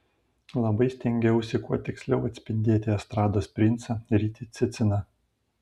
labai stengiausi kuo tiksliau atspindėti estrados princą rytį ciciną